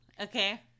Okay